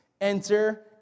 Enter